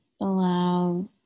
allow